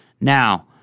Now